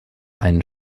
einen